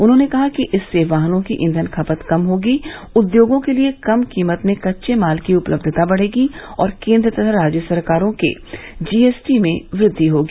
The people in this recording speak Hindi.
उन्होंने कहा कि इससे वाहनों की ईंधन खपत कम होगी उद्योगों के लिए कम कीमत में कच्चे माल की उपलब्धता बढ़ेगी और केन्द्र तथा राज्य सरकारों के जीएसटी में वृद्धि होगी